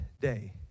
day